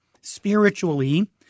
spiritually